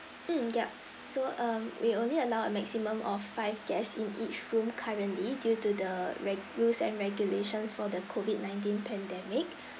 mm yup so um we only allow a maximum of five guests in each room currently due to the reg~ rules and regulations for the COVID nineteen pandemic